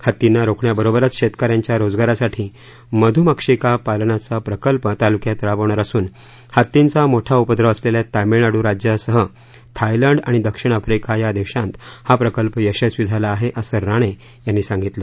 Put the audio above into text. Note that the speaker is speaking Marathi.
हत्तींना रोखण्याबरोबरच शेतकऱ्यांच्या रोजगारासाठी मधुमक्षिका पालनाचा प्रकल्प तालुक्यात राबवणार असून हत्तींचा मोठा उपद्रव असलेल्या तामिळनाडू राज्यासह थायलंड आणि दक्षिण आफ्रिका या देशात हा प्रकल्प यशस्वी झाला आहे असं राणे यांनी सांगितलं